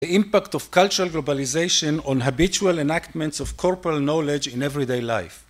שלום רב זוהי הודעת מערכת של מי מודיעין היום יש פיתוץ מים ברחוב עמק דותם